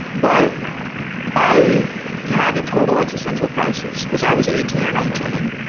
but i had a total existential crisis, because i was eighteen or nineteen.